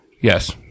Yes